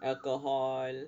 alcohol